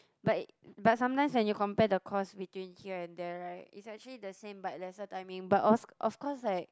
but but sometimes when you compare the cost between here and there right it's actually the same but lesser timing but of of course like